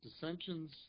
dissensions